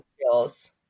skills